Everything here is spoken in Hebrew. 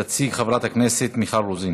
תציג, חברת הכנסת מיכל רוזין,